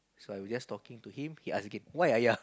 so I was just talking to him he ask again why